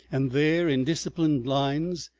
and there, in disciplined lines,